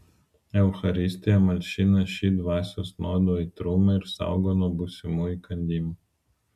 eucharistija malšina šį dvasios nuodų aitrumą ir saugo nuo būsimų įkandimų